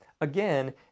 Again